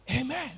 Amen